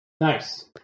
Nice